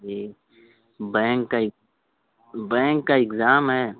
جی bank کا ہی bank کا اگزام ہے